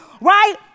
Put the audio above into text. right